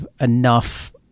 enough